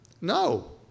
no